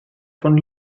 von